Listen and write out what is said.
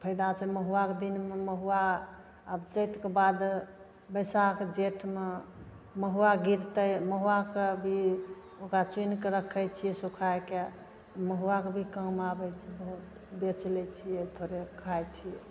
फैदा तऽ महुआके दिनमे महुआ आब चैतक बाद बैसाख जेठमे महुआ गिरतै महुआ से भी ओकरा चुनिके रखैत छियै सुखाइके महुआके भी काम आबैत छै बहुत बेच लै छियै थोड़े खाइत छियै